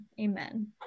Amen